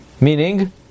Meaning